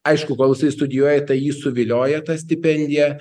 aišku kol jisai studijuoja tai jį suvilioja ta stipendija